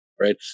right